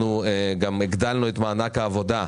אנחנו גם הגדלנו את מענק העבודה,